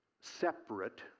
separate